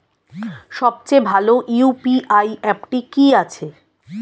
সবচেয়ে ভালো ইউ.পি.আই অ্যাপটি কি আছে?